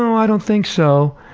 i don't think so.